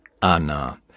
Anna